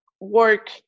work